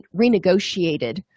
renegotiated